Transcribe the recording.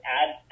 add